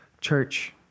church